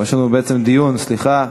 יש לנו בעצם דיון, סליחה,